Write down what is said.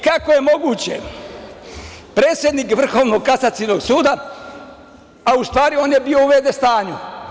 Kako je moguće predsednik Vrhovnog kasacionog suda, a u stvari on je bio u v.d. stanju?